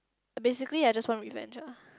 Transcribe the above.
basically I just want revenge lah